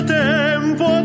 tempo